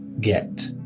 get